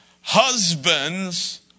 husbands